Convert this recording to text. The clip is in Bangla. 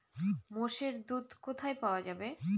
মোষের দুধ কোথায় পাওয়া যাবে?